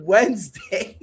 Wednesday